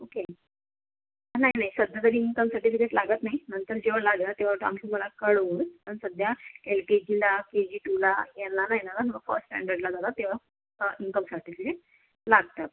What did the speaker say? okay नाही नाही सध्यातरी इनकम सर्टिफिकेट लागत नाही नंतर जेव्हा लागणार तेव्हा आम्ही तुम्हाला कळवू पण सध्या एल के जीला के जी टूला यांना नाही लागत फर्स्ट स्टँडर्डला जातात तेव्हा इनकम सर्टिफिकेट लागतं